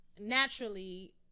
naturally